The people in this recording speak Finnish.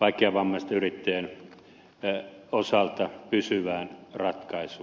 vaikeavammaisten yrittäjien osalta pysyvään ratkaisuun